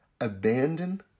abandon